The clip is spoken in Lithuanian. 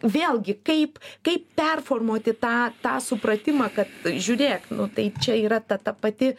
vėlgi kaip kaip performuoti tą tą supratimą kad žiūrėk nu tai čia yra ta ta pati